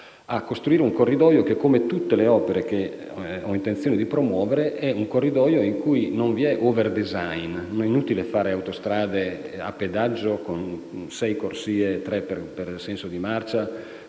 a costruire un corridoio che - come tutte le opere che ho intenzione di promuovere - per il quale non vi è *overdesign*. È inutile realizzare autostrade a pedaggio con sei corsie, tre per senso di marcia,